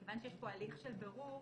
מכיוון שיש פה הליך של בירור,